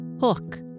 hook